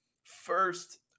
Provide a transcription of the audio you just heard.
first